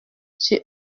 sur